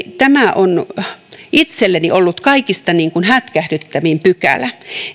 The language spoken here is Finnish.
tämä on itselleni ollut kaikista hätkähdyttävin pykälä